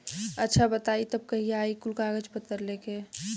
अच्छा बताई तब कहिया आई कुल कागज पतर लेके?